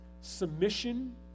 submission